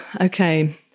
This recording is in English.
Okay